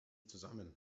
zusammen